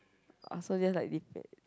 orh so just like depend